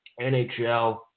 NHL